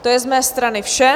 To je z mé strany vše.